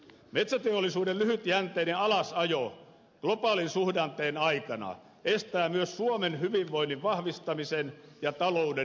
metsäteollisuuden lyhytjänteinen alasajo globaalin suhdanteen aikana estää myös suomen hyvinvoinnin vahvistamisen ja talouden nousun